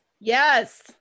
Yes